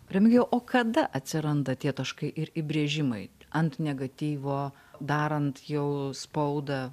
remigijau o kada atsiranda tie taškai ir įbrėžimai ant negatyvo darant jau spaudą